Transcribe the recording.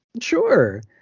sure